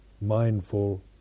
mindful